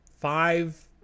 five